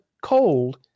cold